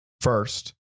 first